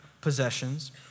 possessions